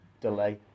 delay